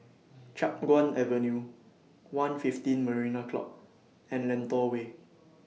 Chiap Guan Avenue one fifteen Marina Club and Lentor Way